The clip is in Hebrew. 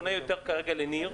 ניר,